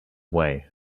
way